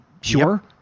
sure